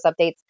updates